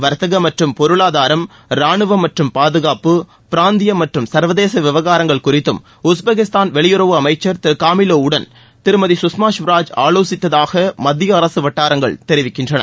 வர்த்தக மற்றும் பொருளாதாரம் ரானுவம் மற்றும் பாதுகாப்பு பிராந்திய மற்றும் சர்வதேச விவகாரங்கள் குறித்தும் உஸ்பெகிஸ்தான் வெளியுறவு அமைச்சர் திருகாமிலோவுடள் திருமதி சுஷ்மா ஸ்வராஜ் ஆவோசித்ததாக மத்திய அரசு வட்டாரங்கள் தெரிவிக்கின்றன